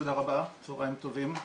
תודה רבה, צהריים טובים.